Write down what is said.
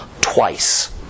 twice